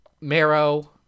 Marrow